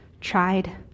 tried